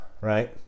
right